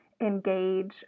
engage